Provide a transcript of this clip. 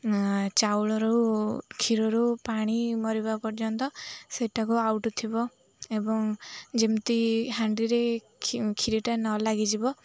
ଚାଉଳରୁ କ୍ଷୀରରୁ ପାଣି ମରିବା ପର୍ଯ୍ୟନ୍ତ ସେଟାକୁ ଆଉଟୁ ଥିବ ଏବଂ ଯେମିତି ହାଣ୍ଡିରେ କ୍ଷୀରିଟା ନଲାଗିଯିବ